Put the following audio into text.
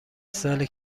ساله